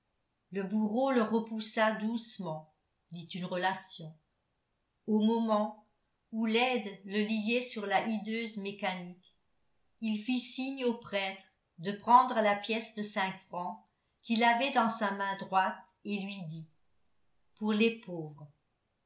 le bourreau le repoussa doucement dit une relation au moment où l'aide le liait sur la hideuse mécanique il fit signe au prêtre de prendre la pièce de cinq francs qu'il avait dans sa main droite et lui dit pour les pauvres